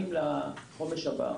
החומש הבא,